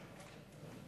בבקשה.